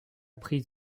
prise